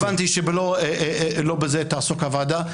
הבנתי שלא בזה תעסוק הוועדה.